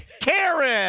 Karen